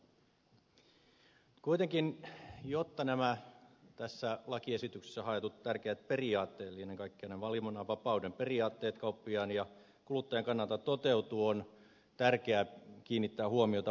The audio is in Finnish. mutta kuitenkin jotta nämä tässä lakiesityksessä haetut tärkeät periaatteet eli ennen kaikkea valinnanvapauden periaatteet kauppiaan ja kuluttajan kannalta toteutuvat on tärkeää kiinnittää huomiota muutamiin asioihin